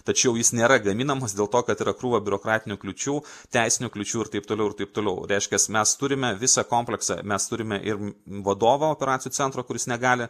tačiau jis nėra gaminamas dėl to kad yra krūva biurokratinių kliūčių teisinių kliūčių ir taip toliau ir taip toliau reiškias mes turime visą kompleksą mes turime ir vadovą operacijų centro kuris negali